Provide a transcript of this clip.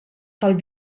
tal